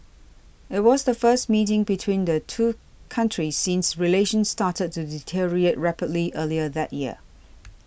it was the first meeting between the two countries since relations started to deteriorate rapidly earlier that year